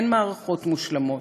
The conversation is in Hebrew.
אין מערכות מושלמות,